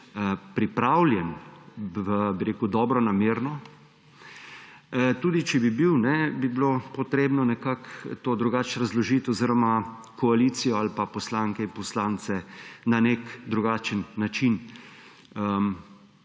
pripravljen dobronamerno, tudi če bi bil, bi bilo potrebno nekako to drugače razložiti oziroma koalicijo ali pa poslanke in poslance na nek drugačen način